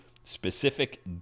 specific